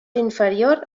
inferior